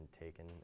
taken